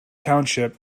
township